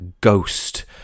Ghost